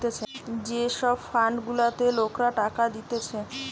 যে সব ফান্ড গুলাতে লোকরা টাকা দিতেছে